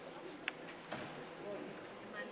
חבר הכנסת גפני, אני חייבת להמשיך את דבריך בעניין